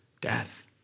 death